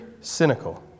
cynical